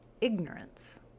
ignorance